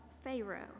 Pharaoh